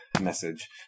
message